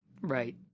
Right